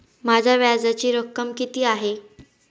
माझ्या व्याजाची रक्कम किती आहे?